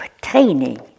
training